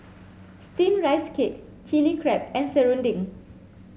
steamed rice cake Chilli Crab and Serunding